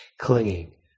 clinging